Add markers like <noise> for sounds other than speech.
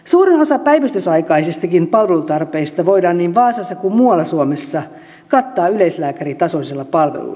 suurin osa päivystysaikaisistakin palvelutarpeista voidaan niin <unintelligible> vaasassa kuin muualla suomessa kattaa yleislääkäritasoisella